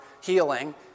healing